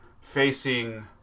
facing